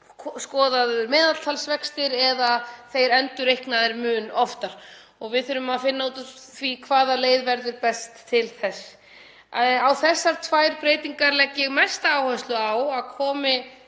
skoðaðir meðaltalsvextir eða þeir endurreiknaðir mun oftar og við þurfum að finna út úr því hvaða leið verður best til þess. Þessar tvær breytingar legg ég mesta áherslu á að komi